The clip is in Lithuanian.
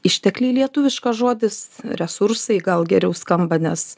ištekliai lietuviškas žodis resursai gal geriau skamba nes